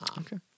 Okay